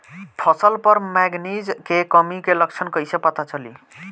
फसल पर मैगनीज के कमी के लक्षण कइसे पता चली?